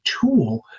tool